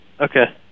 Okay